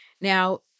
Now